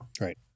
Right